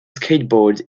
skateboard